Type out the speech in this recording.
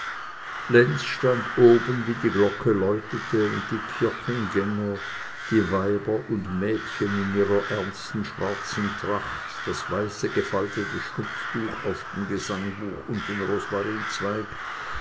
lenz stand oben wie die glocke läutete und die kirchengänger die weiber und mädchen in ihrer ernsten schwarzen tracht das weiße gefaltete schnupftuch auf dem gesangbuch und den